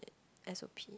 s_o_p